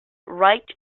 right